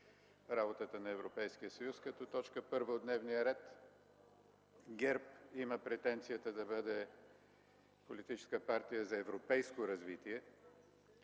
работата на Европейския съюз като т. 1 от дневния ред. ГЕРБ има претенцията да бъде политическа партия за европейско развитие